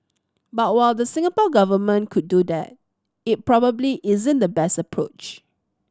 but while the Singapore Government could do that it probably isn't the best approach